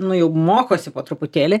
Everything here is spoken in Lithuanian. nu jau mokosi po truputėlį